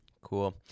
Cool